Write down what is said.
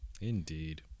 Indeed